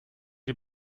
die